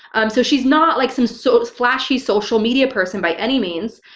um so, she's not like some so flashy social media person, by any means.